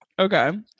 Okay